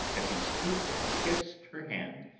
as he stooped and kissed her hand.